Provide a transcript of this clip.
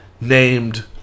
named